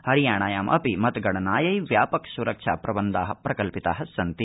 हरियाणायामपि मतगणनायै व्यापक सुरक्षा प्रबन्धा प्रकल्पिता सन्ति